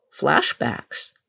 flashbacks